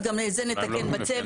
אז גם את זה נתקן בצוות.